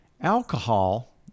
Alcohol